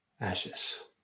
ashes